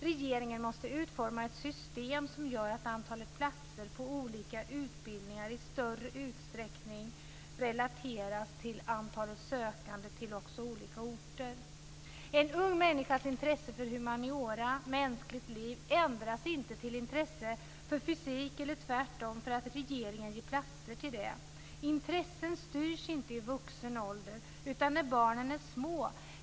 Regeringen måste utforma ett system som gör att antalet platser på olika utbildningar i större utsträckning relateras till antalet sökande till olika orter. En ung människas intresse för humaniora - mänskligt liv - ändras inte till ett intresse för fysik eller tvärtom för att regeringen ger platser till vissa utbildningar. Intressen styrs inte i vuxen ålder utan när barnen är små.